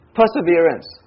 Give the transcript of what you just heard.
perseverance